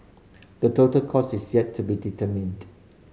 the total cost is yet to be determined